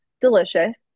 delicious